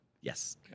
Yes